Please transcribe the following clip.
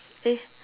eh